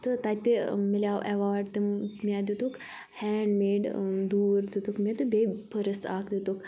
تہٕ تَتہِ مِلیٛو ایٚواڈ تِم مےٚ دِتُکھ ہینٛڈ میڈ دوٗر دِتُکھ مےٚ تہٕ بیٚیہِ پھٔرس اَکھ دِتُکھ